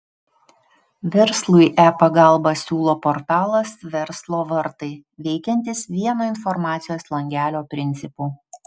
verslui e pagalbą siūlo portalas verslo vartai veikiantis vieno informacijos langelio principu